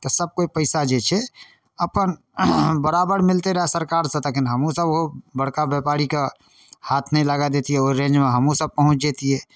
तऽ सब कोइ पइसा जे छै अपन बराबर मिलतै रहै सरकारसँ तखन हमहूँसभ बड़का बेपारीके हाथ नहि लागऽ देतिए ओ रेञ्जमे हमहूँसभ पहुँचि जेतिए